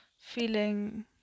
feeling